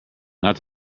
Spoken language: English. not